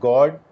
God